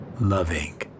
loving